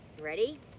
Ready